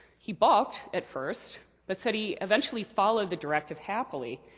he balked at first, but said he eventually followed the directive happily,